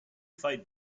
fight